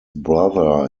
brother